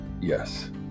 Yes